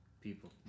people